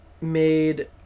made